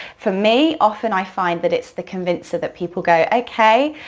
for me, often i find that it's the convincer that people go, okay,